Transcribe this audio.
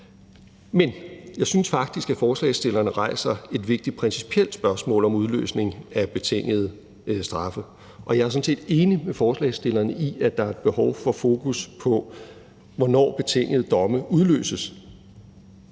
Men jeg synes faktisk, at forslagsstillerne rejser et vigtigt principielt spørgsmål om udløsning af betingede straffe, og jeg er sådan set enig med forslagsstillerne i, at der er et behov for fokus på, hvornår betingede domme udløses.